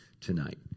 tonight